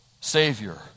Savior